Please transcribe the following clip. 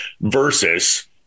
Versus